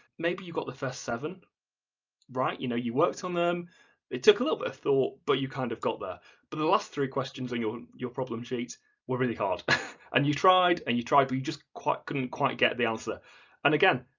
maybe you got the first seven right you know, you worked on them they took a little bit of thought but you kind of got there, but the last three questions on your your problem sheet were really hard and you tried and you tried but you just couldn't quite get the answer and again,